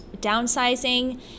Downsizing